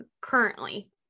currently